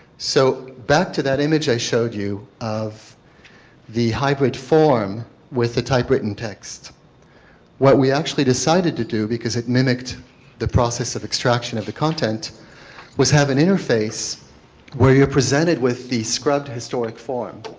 so back to that image i showed you of the hybrid form with the type written text what we actually decided to do because it mimicked the process of extraction of the content was have an interface where you are presented with the scrubbed historic form.